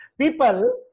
people